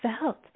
felt